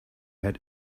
had